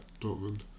Dortmund